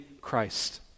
Christ